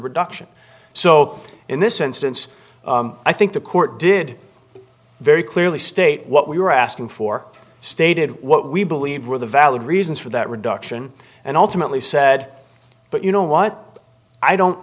reduction so in this instance i think the court did very clearly state what we were asking for stated what we believe were the valid reasons for that reduction and ultimately said but you know what i don't